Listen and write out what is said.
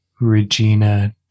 Regina